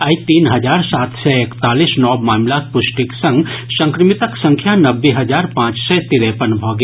आइ तीन हजार सात सय एकतालीस नव मामिलाक प्रष्टिक संग संक्रमितक संख्या नब्बे हजार पांच सय तिरेपन भऽ गेल